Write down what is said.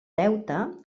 deute